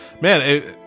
man